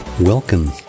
Welcome